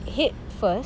head first